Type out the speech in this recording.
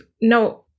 no